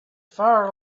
fire